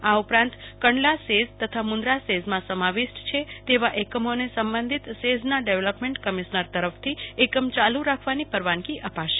આ ઉપરાંત કંડલાસેઝ તથા મુન્દ્રા સેઝમાં સમાવિષ્ટ છે તેવા એકમોને સંબધિત સેજૂના ડેવલપમેન્ટ કમીશ્નર તરફથી એકમ ચાલ્ રાખવાની પરવાનગી અપાશે